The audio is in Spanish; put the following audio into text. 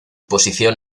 posición